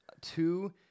Two